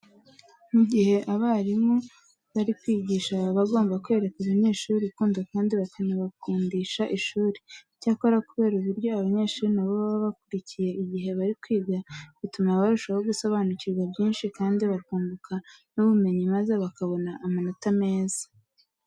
Mu gihe abarimu bari kwigisha baba bagomba kwereka abanyeshuri urukundo kandi bakanabakundisha ishuri. Icyakora kubera uburyo abanyeshuri na bo baba bakurikiye igihe bari kwiga, bituma barushaho gusobanukirwa byinshi kandi bakunguka n'ubumenyi maze bakabona amanota meza.